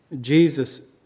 Jesus